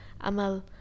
Amal